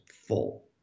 full